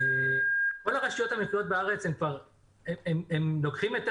כל הרשויות המקומיות בארץ לוקחים את